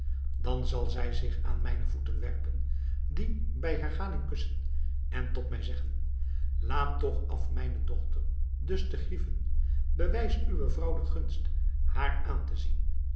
dan zal zij zich aan mijne voeten werpen die bij herhaling kussen en tot mij zeggen laat toch af mijne dochter dus te grieven bewijs uwe vrouw de gunst haar aan te zien